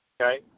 Okay